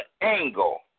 angle